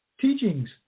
teachings